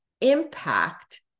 impact